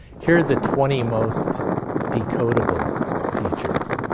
here are the twenty most decodable features.